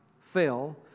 fail